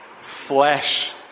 flesh